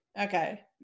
Okay